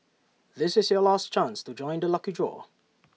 this is your last chance to join the lucky draw